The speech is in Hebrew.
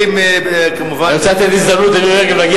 אני רוצה לתת הזדמנות למירי רגב להגיע